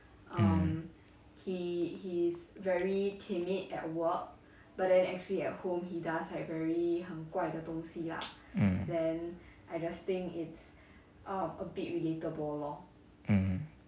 mm mm